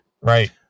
right